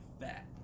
fat